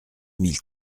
mille